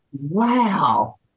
Wow